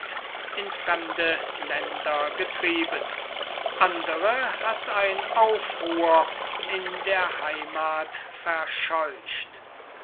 in fremde länder getrieben andere hat ein aufruhr in der heimath verscheucht